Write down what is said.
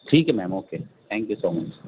آ ٹھیک ہے ma'am okay thank you so much